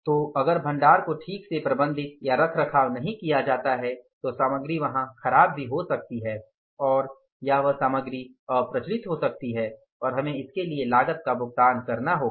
तो अगर भंडार को ठीक से प्रबंधित या रखरखाव नहीं किया गया है तो सामग्री वहां खराब भी हो सकती है और या वह सामग्री अप्रचलित हो सकती है और हमें इसके लिए लागत का भुगतान करना होगा